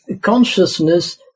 consciousness